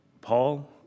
Paul